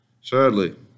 Sadly